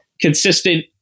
consistent